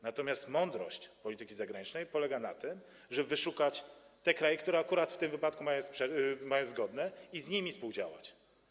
Natomiast mądrość polityki zagranicznej polega na tym, żeby wyszukać te kraje, które akurat w tym wypadku mają zgodne interesy, i z nimi współdziałać.